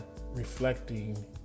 reflecting